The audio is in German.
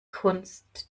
kunst